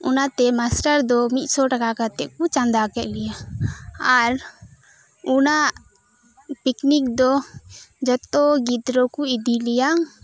ᱚᱱᱟᱛᱮ ᱢᱟᱥᱴᱟᱨ ᱫᱚ ᱢᱤᱫ ᱥᱚ ᱴᱟᱠᱟ ᱠᱟᱛᱮᱫ ᱠᱚ ᱪᱟᱸᱫᱟ ᱠᱮᱫ ᱞᱮᱭᱟ ᱟᱨ ᱚᱱᱟ ᱯᱤᱠᱱᱤᱠ ᱫᱚ ᱡᱚᱛᱚ ᱜᱤᱫᱽᱨᱟᱹ ᱠᱚ ᱤᱫᱤᱞᱮᱭᱟ